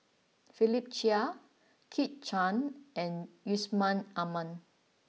Philip Chia Kit Chan and Yusman Aman